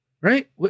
Right